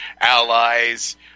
allies